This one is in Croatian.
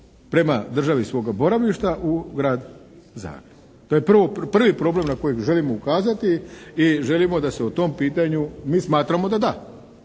prema državi svoga boravišta u Grad Zagreb. To je prvi problem na kojeg želimo ukazati i želimo da se o tom pitanju, mi smatramo da da.